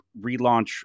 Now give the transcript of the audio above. relaunch